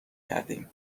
کردیم